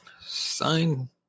sign